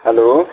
hello